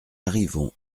arrivons